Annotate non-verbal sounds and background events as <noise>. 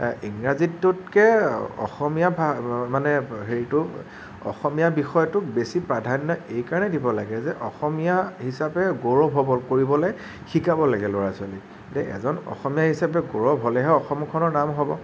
ইংৰাজীটোতকে অসমীয়া <unintelligible> মানে হেৰিটো অসমীয়া বিষয়টোক বেছি প্ৰধান্য এইকাৰণেই দিব লাগে যে অসমীয়া হিচাপে গৌৰৱ হ'ব কৰিবলে শিকাব লাগে ল'ৰা ছোৱালীক এজন অসমীয়া হিচাপে গৌৰৱ হ'লেহে অসমখনৰ নাম হ'ব